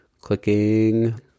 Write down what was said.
Clicking